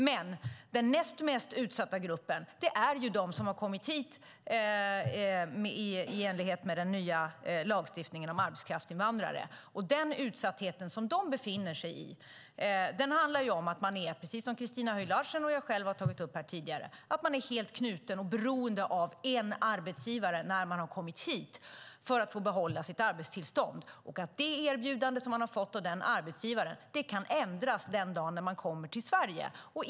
Men den näst mest utsatta gruppen är de som har kommit hit i enlighet med den nya lagstiftningen om arbetskraftsinvandrare. Den utsatthet som de befinner sig i handlar om att de, precis som Christina Höj Larsen och jag själv har tagit upp här tidigare, är helt knuten och beroende av en arbetsgivare när de har kommit hit för att få behålla sitt arbetstillstånd. Det erbjudande som de har fått av denna arbetsgivare kan ändras den dag som de kommer till Sverige.